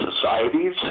societies